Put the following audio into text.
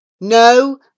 No